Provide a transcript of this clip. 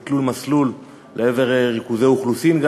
וגם ירי תלול-מסלול לעבר ריכוזי אוכלוסין.